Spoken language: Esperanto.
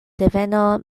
deveno